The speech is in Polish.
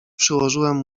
przyłożyłem